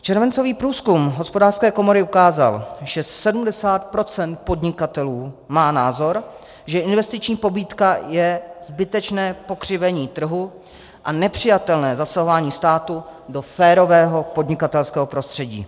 Červencový průzkum Hospodářské komory ukázal, že 70 % podnikatelů má názor, že investiční pobídka je zbytečné pokřivení trhu a nepřijatelné zasahování státu do férového podnikatelského prostředí.